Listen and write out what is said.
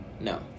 No